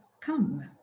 come